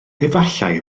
efallai